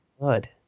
good